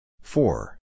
four